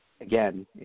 again